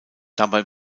dabei